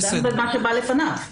הוא דן במה שבא לפניו.